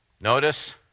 Notice